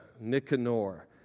Nicanor